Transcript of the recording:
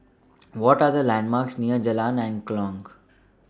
What Are The landmarks near Jalan Angklong